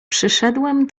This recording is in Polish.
przyszedłem